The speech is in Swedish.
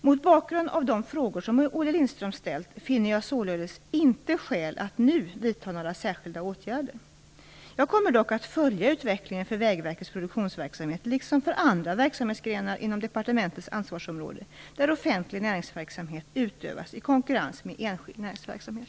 Mot bakgrund av de frågor som Olle Lindström ställt finner jag således inte skäl att nu vidta några särskilda åtgärder. Jag kommer dock att följa utvecklingen för Vägverkets produktionsverksamhet liksom för andra verksamhetsgrenar inom departementets ansvarsområde där offentlig näringsverksamhet utövas i konkurrens med enskild näringsverksamhet.